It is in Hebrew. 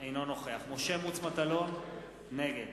אינו נוכח משה מטלון, נגד